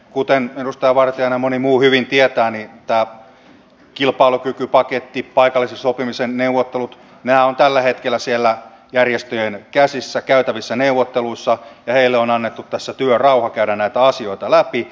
kuten edustaja vartiainen ja moni muu hyvin tietää niin kilpailukykypaketti paikallisen sopimisen neuvottelut ovat tällä hetkellä siellä järjestöjen käsissä käytävissä neuvotteluissa ja heille on annettu tässä työrauha käydä näitä asioita läpi